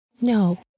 No